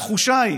התחושה היא